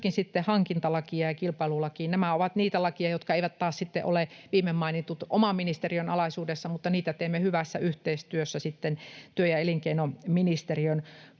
hankintalakia ja kilpailulakia. Nämä viime mainitut ovat niitä lakeja, jotka eivät taas sitten ole oman ministeriöni alaisuudessa, mutta niitä teemme hyvässä yhteistyössä työ- ja elinkeinoministeriön kanssa.